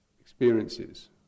experiences